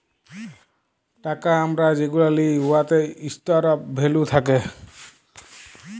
টাকা আমরা যেগুলা লিই উয়াতে ইস্টর অফ ভ্যালু থ্যাকে